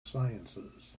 sciences